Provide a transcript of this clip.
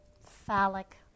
phallic